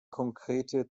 konkrete